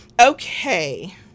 Okay